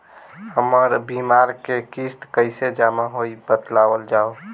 हमर बीमा के किस्त कइसे जमा होई बतावल जाओ?